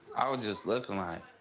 i was just looking like.